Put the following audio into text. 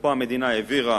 ופה המדינה העבירה